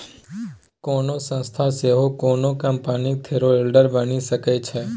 कोनो संस्था सेहो कोनो कंपनीक शेयरहोल्डर बनि सकै छै